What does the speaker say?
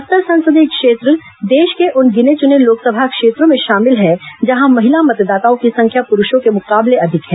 बस्तर संसदीय क्षेत्र देश के उन गिने चुने लोकसभा क्षेत्रों में शाामिल है जहां महिला मतदाताओं की संख्या पुरूषों के मुकाबले अधिक है